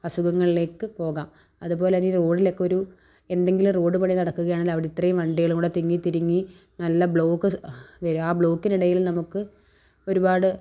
അസുഖങ്ങളിലേക്ക് പോകാം അതുപോലെതന്നെ ഈ റോഡിലൊക്കെ ഒരു എന്തെങ്കിലും റോഡ് പണി നടക്കുകയാണേൽ അവിടിത്രയും വണ്ടികളൂടെ തിങ്ങി തിരിങ്ങി നല്ല ബ്ലോക്ക് വരും ആ ബ്ലോക്കിനിടയിൽ നമുക്ക് ഒരുപാട്